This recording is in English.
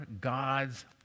God's